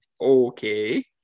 okay